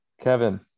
kevin